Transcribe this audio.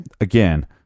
again